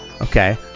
okay